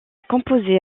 composé